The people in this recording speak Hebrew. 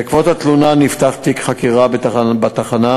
בעקבות התלונה נפתח תיק חקירה בתחנה,